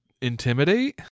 Intimidate